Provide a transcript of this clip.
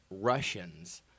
Russians